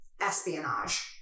Espionage